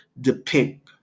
depict